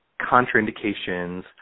contraindications